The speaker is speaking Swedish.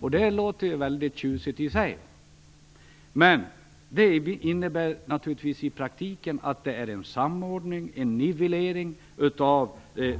Det i sig låter ju väldigt tjusigt, men i praktiken innebär det en samordning, en nivellering, av